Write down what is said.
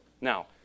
Now